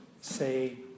say